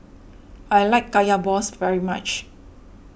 I like Kaya Balls very much